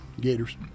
gators